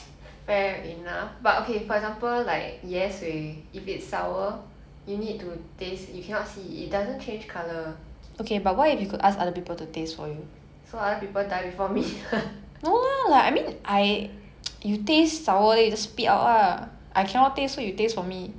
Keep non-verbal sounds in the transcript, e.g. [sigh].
fair enough but okay for example like 椰水 if it's sour you need to taste you cannot see it doesn't change colour so other people die before me [laughs]